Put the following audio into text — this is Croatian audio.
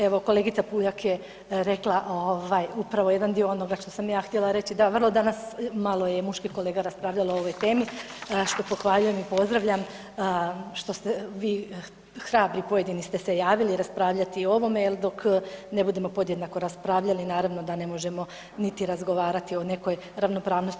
Evo kolegica Puljak je rekla upravo jedan dio onoga što sam ja htjela reći, da vrlo danas malo je muških kolega raspravljalo o ovoj temi što pohvaljujem i pozdravljam što ste vi hrabri i pojedini ste se javili i raspravljati i ovome jel dok ne budemo podjednako raspravljali naravno da ne možemo niti razgovarati o nekoj ravnopravnosti.